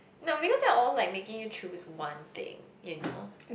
no because they are all like making you choose one thing you know